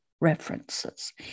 references